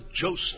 Joseph